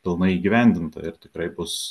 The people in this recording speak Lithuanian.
pilnai įgyvendinta ir tikrai bus